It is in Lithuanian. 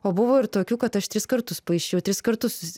o buvo ir tokių kad aš tris kartus paišiau tris kartus